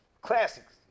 classics